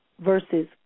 versus